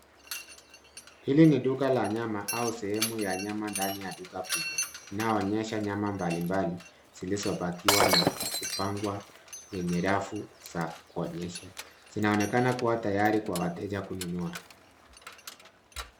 Hili ni duka la nyama au sehemu ya nyama ndani ya duka kubwa, inayoonyesha nyama mbalimbali zilizopakiwa na kupangwa yenye rafu za kuonyesha. Zinaonekana kuwa tayari kwa wateja kununua.